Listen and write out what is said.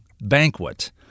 banquet